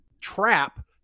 trap